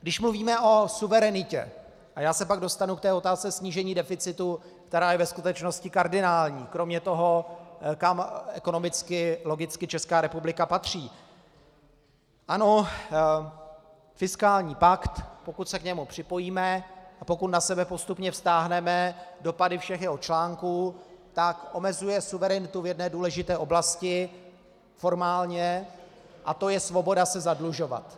Když mluvíme o suverenitě a já se pak dostanu k otázce snížení deficitu, která je ve skutečnosti kardinální kromě toho, kam ekonomicky logicky Česká republika patří ano, fiskální pakt, pokud se k němu připojíme a pokud na sebe postupně vztáhneme dopady všech jeho článků, omezuje suverenitu v jedné důležité oblasti formálně a to je svoboda se zadlužovat.